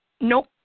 Nope